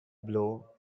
blow